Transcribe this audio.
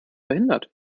verhindert